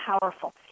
powerful